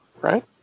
right